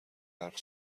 حرف